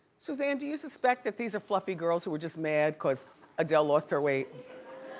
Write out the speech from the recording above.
suzanne, do you suspect that these are fluffy girls who are just mad cause adele lost her weight?